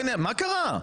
מה קרה?